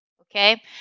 okay